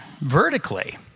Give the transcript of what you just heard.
vertically